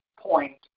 point